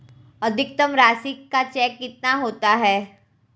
अधिकतम राशि का चेक कितना होता है?